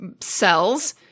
cells